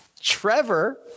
Trevor